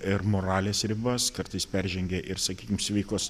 ir moralės ribas kartais peržengia ir sakykim sveikos